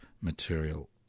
material